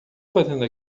fazendo